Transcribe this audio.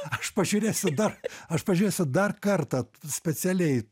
aš pažiūrėsiu dar aš pažiūrėsiu dar kartą specialiai